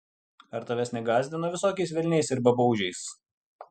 ar tavęs negąsdino visokiais velniais ir babaužiais